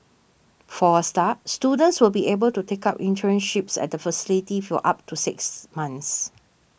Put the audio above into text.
for a start students will be able to take up internships at the facility for up to six months